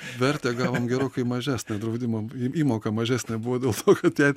vertę gavom gerokai mažesnę draudimo įmoką mažesnė buvo dėl to kad jai